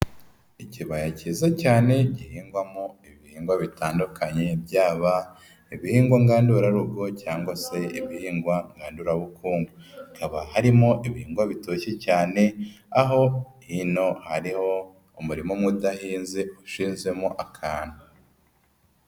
Ikibaya kiza cyane gihingwamo ibihingwa bitandukanye, byaba ibihingwa ngandura rugo cyangwa se ibihingwa ngandura bukungu, hakaba harimo ibihingwa bitoshye cyane, aho hino hariho umurima udahinze ushinzemo akantu.